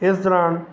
ਇਸ ਦੌਰਾਨ